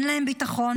אין להם ביטחון,